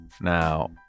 Now